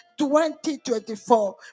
2024